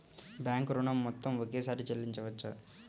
Bank ఋణం మొత్తము ఒకేసారి చెల్లించవచ్చా?